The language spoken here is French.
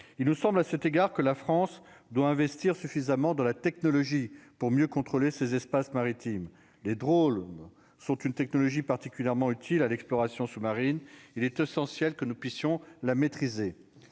il nous semble à cet égard que la France doit investir suffisamment de la technologie pour mieux contrôler ces espaces maritimes les drôles sont une technologie particulièrement utile à l'exploration sous-marine, il est essentiel que nous puissions la maîtriser.